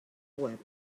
web